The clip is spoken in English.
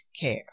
care